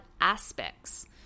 aspects